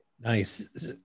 Nice